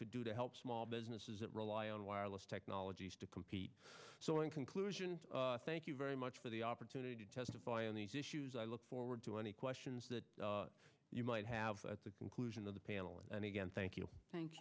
could do to help small businesses that rely on wireless technologies to compete so in conclusion thank you very much for the opportunity to testify in these issues i look forward to any questions you might have at the conclusion of the panel and again thank you thank